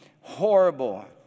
horrible